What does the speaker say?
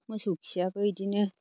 मोसौ खियाबो इदिनो